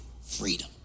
freedom